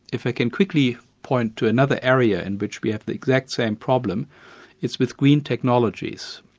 if i can quickly point to another area in which we have the exact same problem it's with green technologies.